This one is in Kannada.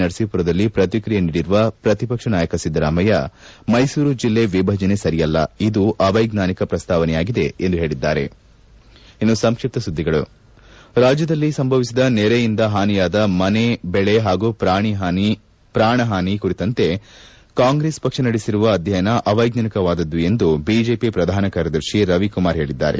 ನರಸೀಪುರದಲ್ಲಿ ಪ್ರತಿಕ್ರಿಯೆ ನೀಡಿರುವ ಪ್ರತಿಪಕ್ಷ ನಾಯಕ ಸಿದ್ದರಾಮಯ್ಯ ಮೈಸೂರು ಜಲ್ಲೆ ವಿಭಜನೆ ಸರಿಯಲ್ಲ ಇದು ಅವೈಜ್ಞಾನಿಕ ಪ್ರಸ್ತಾವನೆಯಾಗಿದೆ ಎಂದು ಹೇಳಿದ್ದಾರೆ ರಾಜ್ಯದಲ್ಲಿ ಸಂಭವಿಸಿದ ನೆರೆಯಿಂದ ಹಾನಿಯಾದ ಮನೆದೆಳೆ ಹಾಗೂ ಪ್ರಾಣ ಹಾನಿ ಕುರಿತಂತೆ ಕಾಂಗ್ರೆಸ್ ಪಕ್ಷ ನಡೆಸಿರುವ ಅಧ್ಯಯನ ಅವೈಜ್ಞಾನಿವಾದದು ಎಂದು ಬಿಜೆಪಿ ಶ್ರಧಾನ ಕಾರ್ಯದರ್ತಿ ರವಿಕುಮಾರ್ ಹೇಳಿದ್ದಾರೆ